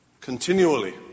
continually